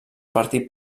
partit